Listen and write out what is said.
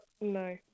no